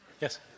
Yes